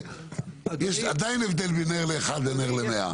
יש עדיין הבדל מנר לאחד לנר למאה.